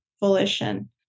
volition